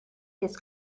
his